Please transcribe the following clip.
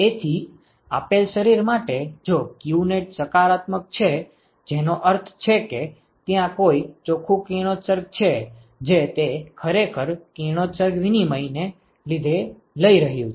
તેથી આપેલ શરીર માટે જો qnet સકારાત્મક છે જેનો અર્થ છે કે ત્યાં કોઈ ચોખ્ખું કિરણોત્સર્ગ છે જે તે ખરેખર કિરણોત્સર્ગ વિનિમય ને લીધે લઈ રહ્યું છે